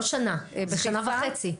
זו לא שנה; זו שנה וחצי.